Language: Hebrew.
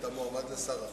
אתה מועמד לשר החוץ?